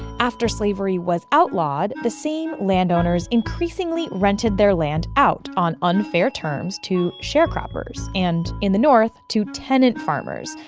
after slavery was outlawed, the same landowners increasingly rented their land out, on unfair terms, to sharecroppers. and in the north, to tenant farmers,